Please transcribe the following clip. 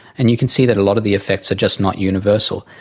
and you can see that a lot of the effects are just not universal.